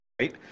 right